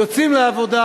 יוצאים לעבודה,